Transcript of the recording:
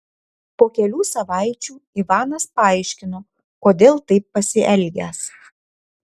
po kelių savaičių ivanas paaiškino kodėl taip pasielgęs